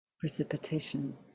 Precipitation